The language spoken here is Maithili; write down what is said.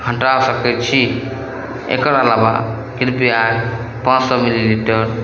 हटा सकै छी एकर अलाबा कृपया कऽ पाँच सए मिलीलीटर